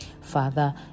Father